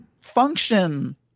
function